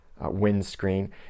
windscreen